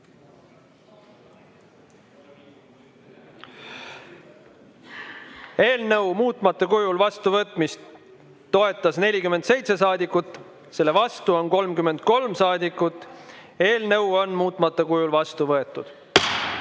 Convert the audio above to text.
Eelnõu muutmata kujul vastuvõtmist toetas 47 saadikut, selle vastu on 33 saadikut. Eelnõu on muutmata kujul vastu võetud.